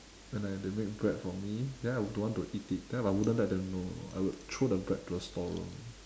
when like they make bread for me then I don't want to eat it then I wouldn't let them know you know I would throw the bread to the store room